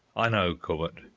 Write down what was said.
i know, corbett,